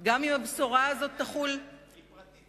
גם אם הבשורה הזאת תחול, היא פרטית.